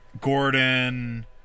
Gordon